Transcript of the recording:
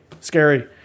scary